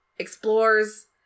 explores